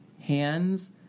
hands